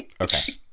Okay